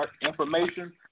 information